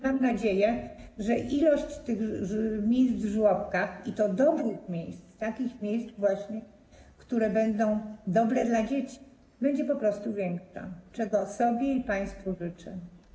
Mam nadzieję, że liczba miejsc w żłobkach, i to dobrych miejsc, takich miejsc właśnie, które będą dobre dla dzieci, będzie po prostu większa, czego sobie i państwu życzę.